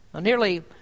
Nearly